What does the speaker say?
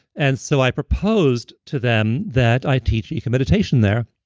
and so i proposed to them that i teach eco meditation there.